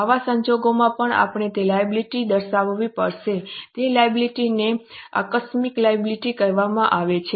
આવા સંજોગોમાં પણ આપણે તે લાયબિલિટી દર્શાવવી પડશે તે લાયબિલિટી ને આકસ્મિક લાયબિલિટી કહેવામાં આવે છે